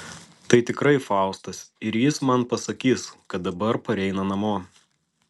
tai tikrai faustas ir jis man pasakys kad dabar pareina namo